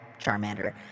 Charmander